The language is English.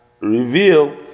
reveal